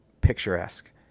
picturesque